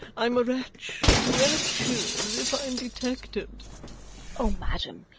i'm a wretch of wretches if i'm detected o madam,